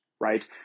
right